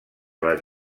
les